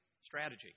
strategy